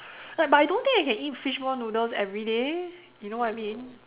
like but I don't think I can eat fishball noodles everyday you know what I mean